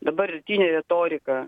dabartinė retorika